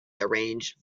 arranged